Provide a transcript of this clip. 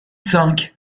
cinq